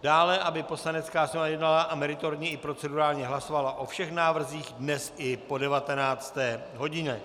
Dále, aby Poslanecká sněmovna jednala a meritorně i procedurálně hlasovala o všech návrzích dnes i po 19. hodině.